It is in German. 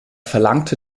verlangte